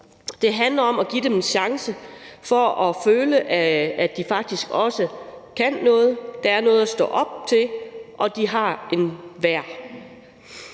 Det handler om at give dem en chance for at føle, at de faktisk også kan noget, at der er noget at stå op til, og at de har en værdi.